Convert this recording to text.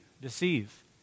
deceive